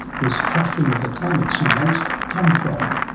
this trashing of the climate science, come from.